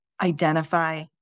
identify